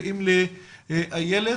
ואיילת,